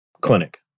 clinic